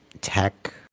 tech